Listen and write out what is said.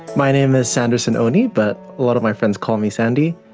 my name is sandersan onie, but a lot of my friends call me sandy.